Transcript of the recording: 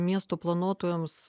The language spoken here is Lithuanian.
miestų planuotojams